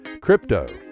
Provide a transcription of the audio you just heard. Crypto